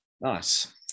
nice